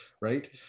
right